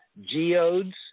geodes